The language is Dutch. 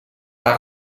waar